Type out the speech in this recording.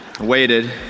waited